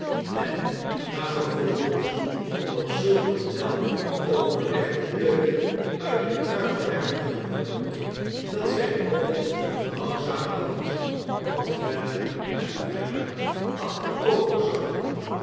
en na vervolgens nog zulk een wel overlegden teug nit de kruik te hebben genomen dat zijn hoofd langzamerhand al verder en verder